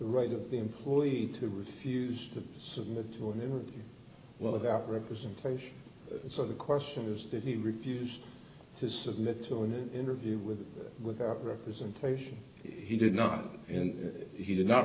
right of the employee to refuse to submit to a new well without representation so the question is that he refused to submit to an interview with without representation he did not and he did not